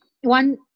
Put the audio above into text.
One